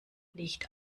licht